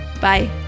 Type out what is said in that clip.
Bye